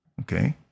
Okay